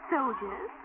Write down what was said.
Soldiers